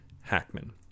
Hackman